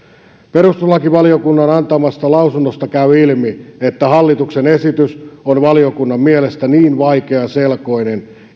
perustuslakivaliokunnan antamasta lausunnosta käy ilmi että hallituksen esitys on valiokunnan mielestä niin vaikeaselkoinen